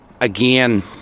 again